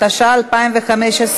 התשע"ה 2015,